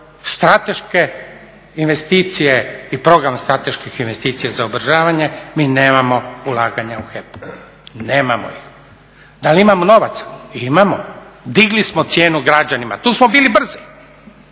Strateške investicije i program strateških investicija za …, mi nemamo ulaganja u HEP. Nemamo ih. Da li imamo novaca? Imamo. Digli smo cijenu građanima, tu smo bili brzi,